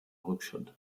rückschritt